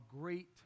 great